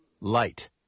LIGHT